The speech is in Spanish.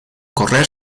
correr